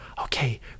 okay